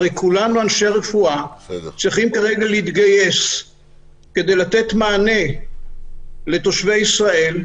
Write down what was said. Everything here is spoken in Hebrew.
הרי כולנו אנשי רפואה שצריכים להתגייס כדי לתת מענה לתושבי ישראל.